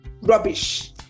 rubbish